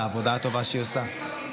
על העבודה הטובה שהיא עושה.